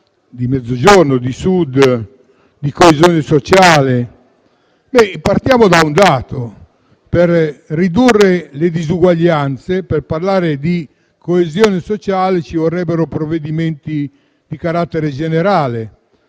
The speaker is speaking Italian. di Mezzogiorno, di Sud e di coesione sociale. Partiamo da un dato: per ridurre le disuguaglianze e per parlare di coesione sociale ci vorrebbero provvedimenti di carattere generale.